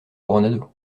coronado